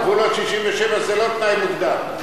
גבולות 67' זה לא תנאי מוקדם.